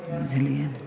बुझलिए ने